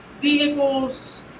vehicles